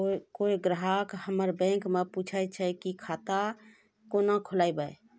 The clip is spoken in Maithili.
कोय ग्राहक हमर बैक मैं पुछे की खाता कोना खोलायब?